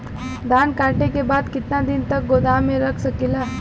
धान कांटेके बाद कितना दिन तक गोदाम में रख सकीला?